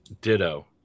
Ditto